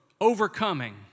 overcoming